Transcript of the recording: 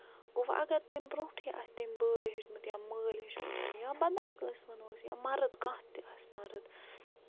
گوٚو اَگر تَمہِ برونٹھٕے آسہِ تٔمۍ بٲے ہٮ۪چھمُت یا مٲلۍ ہٮ۪چھمُت یا بدل کٲنسہِ وَنو أسۍ یا مَرٕد کانہہ تہِ آسہِ مَرٕد